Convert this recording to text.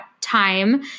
time